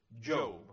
Job